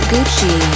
Gucci